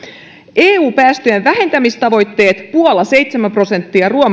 eu päästöjen vähentämistavoitteet puola seitsemän prosenttia